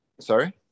Sorry